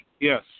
Yes